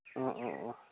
অঁ অঁ অঁ